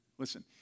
Listen